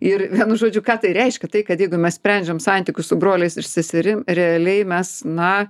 ir vienu žodžiu ką tai reiškia tai kad jeigu mes sprendžiam santykius su broliais ir seserim realiai mes na